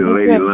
Lady